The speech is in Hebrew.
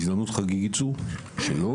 בהזדמנות חגיגית זו צריך לציין,